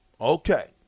Okay